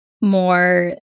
more